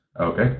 Okay